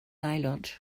aelod